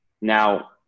Now